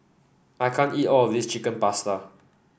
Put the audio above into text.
I can't eat all of this Chicken Pasta